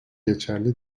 geçerli